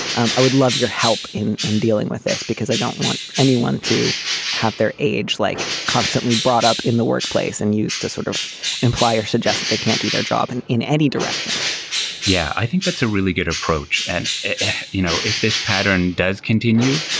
um i would love your help in in dealing with this because i don't want anyone to have their age like constantly brought up in the workplace and used to sort of imply or suggest that they can't do their job. and in any direction yeah. i think that's a really good approach. and you know, if this pattern does continue,